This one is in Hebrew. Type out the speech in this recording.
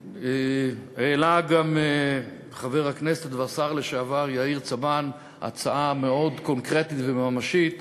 העלה גם חבר הכנסת והשר לשעבר יאיר צבן הצעה מאוד קונקרטית וממשית: